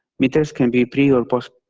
meters can be pre or post-paid.